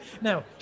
Now